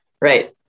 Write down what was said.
Right